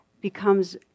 becomes